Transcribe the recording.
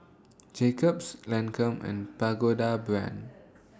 Jacob's Lancome and Pagoda Brand